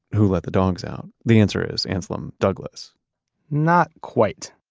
who let the dogs out? the answer is anslem douglas not quite.